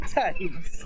times